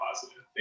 positive